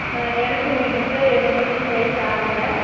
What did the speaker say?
எனக்கும் வேணும் சார் எனக்கு வந்து சைஸ் ஆறு சார்